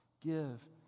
give